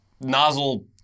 nozzle